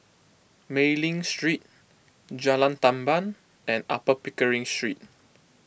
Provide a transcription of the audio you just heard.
Mei Ling Street Jalan Tamban and Upper Pickering Street